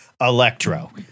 Electro